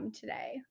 today